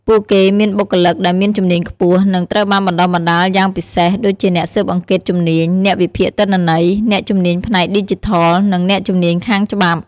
ពួកគេមានបុគ្គលិកដែលមានជំនាញខ្ពស់ និងត្រូវបានបណ្តុះបណ្តាលយ៉ាងពិសេស ដូចជាអ្នកស៊ើបអង្កេតជំនាញ អ្នកវិភាគទិន្នន័យ អ្នកជំនាញផ្នែកឌីជីថល និងអ្នកជំនាញខាងច្បាប់។